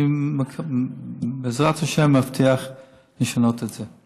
אני, בעזרת השם, מבטיח לשנות את זה.